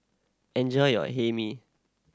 enjoy your Hae Mee